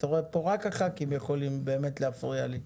רק הח"כים יכולים באמת להפריע לי.